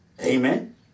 Amen